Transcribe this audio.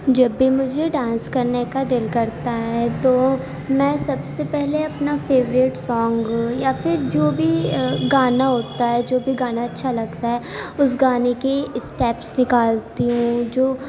جب بھی مجھے ڈانس کرنے کا دل کرتا ہے تو میں سب سے پہلے اپنا فیورٹ سانگ یا پھر جو بھی گانا ہوتا ہے جو بھی گانا اچھا لگتا ہے اس گانے کی اسٹیپس نکالتی ہوں جو